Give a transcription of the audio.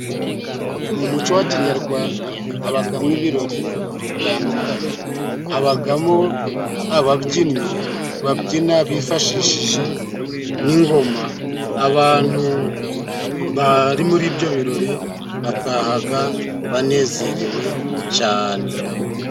Mu muco wa kinyarwanda habagamo ibirori bitandukanye, habagamo ababyinnyi babyina bifashishije n'ingoma, abantu bari muri ibyo birori batahaga banezerewe cyane.